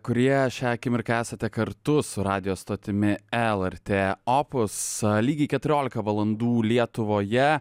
kurie šią akimirką esate kartu su radijo stotimi lrt opus lygiai keturiolika valandų lietuvoje